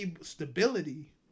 stability